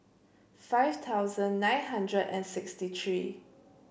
five thousand nine hundred and sixty three